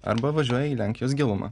arba važiuoja į lenkijos gilumą